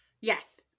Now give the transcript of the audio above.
Yes